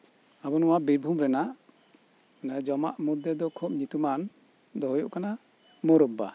ᱟᱵᱩ ᱱᱚᱣᱟ ᱵᱤᱨᱵᱷᱩᱢ ᱨᱮᱱᱟᱜ ᱡᱚᱢᱟᱜ ᱢᱚᱫᱷᱮᱫᱚ ᱠᱷᱩᱵ ᱧᱩᱛᱩᱢᱟᱱ ᱫᱚ ᱦᱩᱭᱩᱜ ᱠᱟᱱᱟ ᱢᱚᱨᱚᱵᱵᱟ